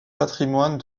patrimoine